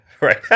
right